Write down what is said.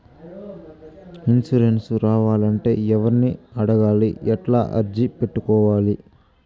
Insurance రావాలంటే ఎవర్ని అడగాలి? ఎట్లా అర్జీ పెట్టుకోవాలి?